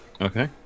Okay